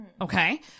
okay